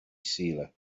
sealer